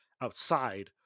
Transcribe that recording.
outside